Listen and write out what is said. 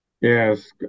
Yes